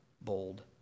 bold